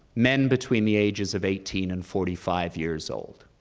men between the ages of eighteen and forty five years old,